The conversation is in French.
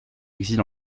exil